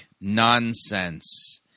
nonsense